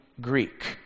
Greek